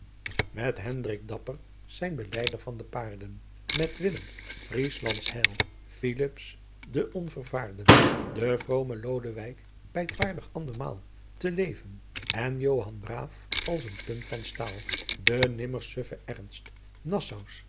heinrick dapper zijn beleider van de paarden met welhem vrieslands heil philips den onvervaarden den vroomen luidewijk beid waardigh andermaal te leven en johan braaf als een punt van staal den nemmer suffen ernst